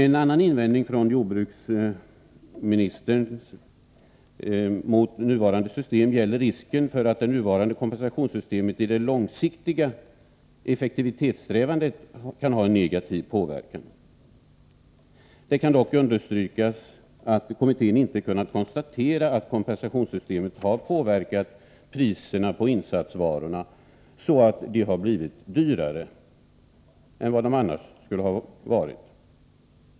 En annan invändning mot nuvarande kompensationssystem som jordbruksministern framfört gäller risken för att detta kan få en negativ påverkan på det långsiktiga effektivitetssträvandet. Det bör dock understrykas att kommittén inte kunnat konstatera att kompensationssystemet har påverkat priserna på insatsvarorna så att de blivit högre än de annars skulle ha varit.